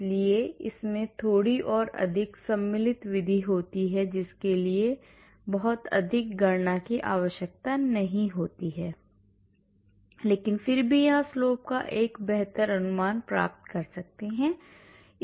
इसलिए इसमें थोड़ी और अधिक सम्मिलित विधि होती है जिसके लिए बहुत अधिक गणना की आवश्यकता नहीं होती है लेकिन फिर भी यहाँ slope का एक बेहतर अनुमान प्राप्त कर सकते हैं